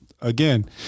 again